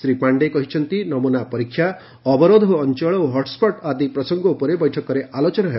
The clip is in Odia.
ଶ୍ରୀ ପାଣ୍ଡେ କହିଛନ୍ତି ନମୁନା ପରୀକ୍ଷା ଅବରୋଧ ଅଞ୍ଚଳ ଓ ହଟସ୍କଟ୍ ଆଦି ପ୍ରସଙ୍ଗ ଉପରେ ବୈଠକରେ ଆଲୋଚନା ହେବ